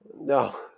No